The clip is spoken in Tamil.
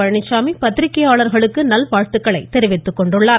பழனிச்சாமி பத்திரிகையாளர்களுக்கு நல்வாழ்த்துக்களை தெரிவித்துக் கொண்டிருக்கிறார்